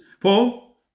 Paul